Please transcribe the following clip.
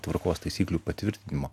tvarkos taisyklių patvirtinimo